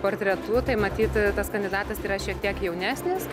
portretu tai matyti tas kandidatas yra šiek tiek jaunesnis